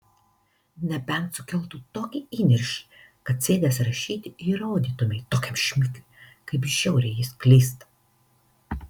nebent sukeltų tokį įniršį kad sėdęs rašyti įrodytumei tokiam šmikiui kaip žiauriai jis klysta